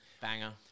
Banger